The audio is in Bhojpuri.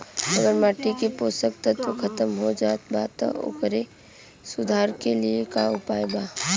अगर माटी के पोषक तत्व खत्म हो जात बा त ओकरे सुधार के लिए का उपाय बा?